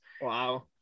wow